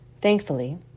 Thankfully